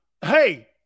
hey